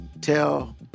Tell